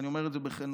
ואני אומר את זה בכנות,